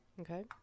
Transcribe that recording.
Okay